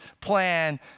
plan